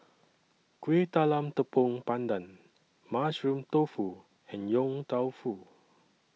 Kueh Talam Tepong Pandan Mushroom Tofu and Yong Tau Foo